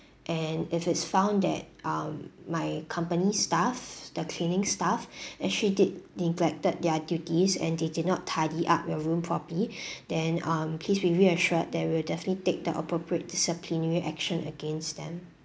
and if it's found that um my company staff the cleaning staff actually did neglected their duties and they did not tidy up your room properly then um please be reassured that we'll definitely take the appropriate disciplinary action against them